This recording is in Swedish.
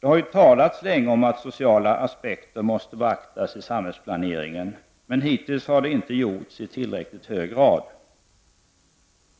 Det har talats länge om att sociala aspekter måste beaktas i samhällsplaneringen. Hittills har det inte gjorts i tillräcklig grad.